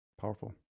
powerful